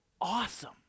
awesome